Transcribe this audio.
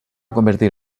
convertir